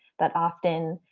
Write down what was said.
but often,